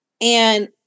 and-